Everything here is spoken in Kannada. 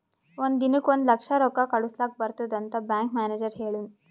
ಒಂದ್ ದಿನಕ್ ಒಂದ್ ಲಕ್ಷ ರೊಕ್ಕಾ ಕಳುಸ್ಲಕ್ ಬರ್ತುದ್ ಅಂತ್ ಬ್ಯಾಂಕ್ ಮ್ಯಾನೇಜರ್ ಹೆಳುನ್